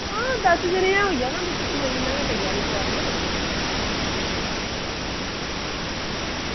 आं दस्स जनें होई जाना बिच किन्ना किन्ना गै पेई जाना सोआरियां